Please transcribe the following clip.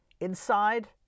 Inside